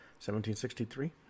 1763